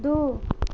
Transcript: दू